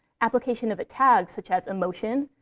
application of a tag, such as emotion,